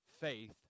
faith